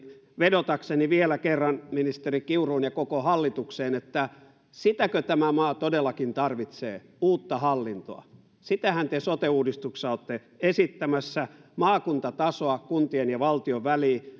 vedotakseni vielä kerran ministeri kiuruun ja koko hallitukseen että sitäkö tämä maa todellakin tarvitsee uutta hallintoa sitähän te sote uudistuksessa olette esittämässä maakuntatasoa kuntien ja valtion väliin